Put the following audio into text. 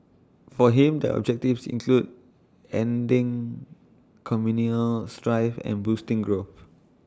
for him the objectives included ending communal strife and boosting growth